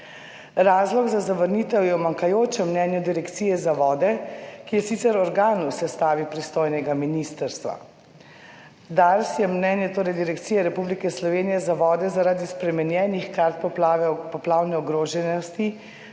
Razlog za zavrnitev je v manjkajočem mnenju Direkcije za vode, ki je sicer organ v sestavi pristojnega ministrstva. Dars torej mnenja Direkcije Republike Slovenije za vode zaradi spremenjenih kart poplavne ogroženosti,